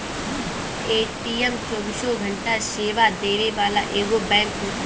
ATM चौबीसों घंटा सेवा देवे वाला एगो बैंक होत हवे